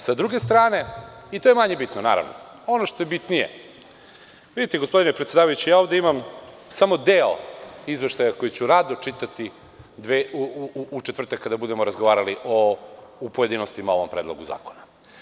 Sa druge strane, i to je manje bitno, naravno, ono što je bitnije, vidite gospodine predsedavajući, ja ovde imam samo deo izveštaja koji ću rado čitati u četvrtak kada budemo razgovarali o pojedinostima o ovom predlogu zakona.